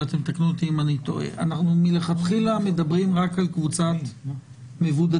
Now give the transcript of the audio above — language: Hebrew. אנחנו מלכתחילה מדברים רק על קבוצת מבודדים